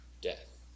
Death